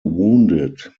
wounded